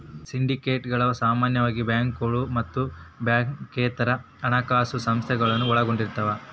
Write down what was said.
ಸಿಂಡಿಕೇಟ್ಗಳ ಸಾಮಾನ್ಯವಾಗಿ ಬ್ಯಾಂಕುಗಳ ಮತ್ತ ಬ್ಯಾಂಕೇತರ ಹಣಕಾಸ ಸಂಸ್ಥೆಗಳನ್ನ ಒಳಗೊಂಡಿರ್ತವ